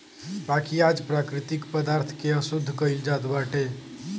बाकी आज प्राकृतिक पदार्थ के अशुद्ध कइल जात बाटे